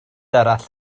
arall